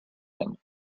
him